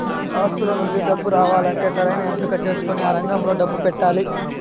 ఆస్తుల నుండి డబ్బు రావాలంటే సరైన ఎంపిక చేసుకొని ఆ రంగంలో డబ్బు పెట్టాలి